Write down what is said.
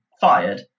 fired